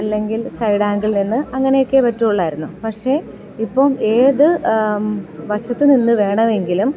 അല്ലെങ്കിൽ സൈഡ് ആങ്കിൽ നിന്ന് അങ്ങനെയൊക്കെ പറ്റുള്ളായിരുന്നു പക്ഷേ ഇപ്പം ഏത് വശത്തു നിന്ന് വേണമെങ്കിലും